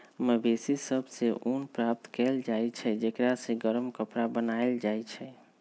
मवेशि सभ से ऊन प्राप्त कएल जाइ छइ जेकरा से गरम कपरा बनाएल जाइ छइ